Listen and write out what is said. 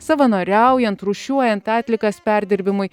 savanoriaujant rūšiuojant atliekas perdirbimui